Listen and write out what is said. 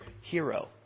hero